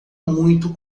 muito